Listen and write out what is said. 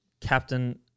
captain